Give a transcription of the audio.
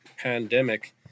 pandemic